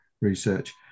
research